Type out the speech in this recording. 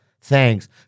Thanks